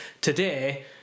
today